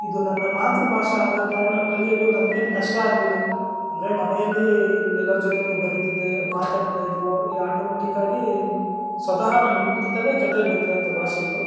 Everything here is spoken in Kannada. ಇದು ನನ್ನ ಮಾತೃ ಭಾಷೆ ಆದ ಕಾರಣ ಕಲಿಯಲು ನನ್ಗೇನು ಕಷ್ಟ ಆಗಲಿಲ್ಲ ಅಂದರೆ ಮನೆಯಲ್ಲಿ ಎಲ್ಲರ ಜೊತೆನೂ ಬರೀತಿದ್ದೆ ಮಾತಾಡ್ತಾ ಇದ್ರು ಈ ಆಟೋಮೆಟಿಕ್ಕಾಗಿ ಸ್ವತಃ ನನ್ನ ಹುಟ್ಟ್ನಿಂದಲೇ ಜೊತೆಗೆ ಬಂದಿರೋಂಥ ಭಾಷೆಯಿದು